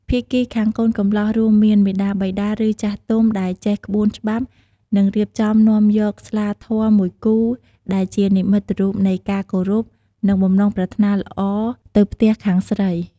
ភាគីខាងកូនកំលោះ រួមមាន មាតាបិតា ឬ ចាស់ទុំ ដែលចេះក្បួនច្បាប់ នឹងរៀបចំនាំយក ស្លាធម៌មួយគូ ដែលជានិមិត្តរូបនៃការគោរព និងបំណងប្រាថ្នាល្អទៅភ្ទះខាងស្រី។